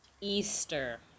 Easter